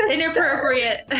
Inappropriate